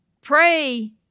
Pray